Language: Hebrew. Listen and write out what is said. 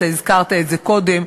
הזכרת את זה קודם,